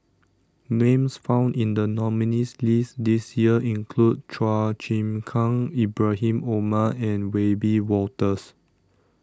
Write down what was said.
Names found in The nominees' list This Year include Chua Chim Kang Ibrahim Omar and Wiebe Wolters